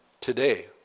today